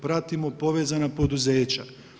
Pratimo povezana poduzeća.